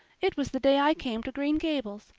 it was the day i came to green gables.